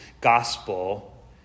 gospel